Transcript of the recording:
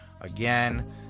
Again